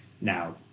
now